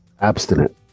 Abstinent